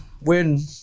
win